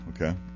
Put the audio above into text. okay